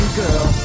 girl